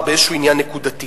מדובר באיזשהו עניין נקודתי,